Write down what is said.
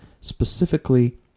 specifically